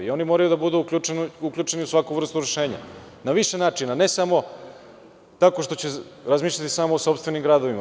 Oni moraju da budu uključeni u svaku vrstu rešenja, na više načina, ne samo tako što će razmišljati samo o sopstvenim gradovima.